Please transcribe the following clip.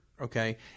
Okay